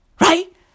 Right